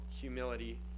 humility